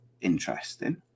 interesting